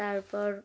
তারপর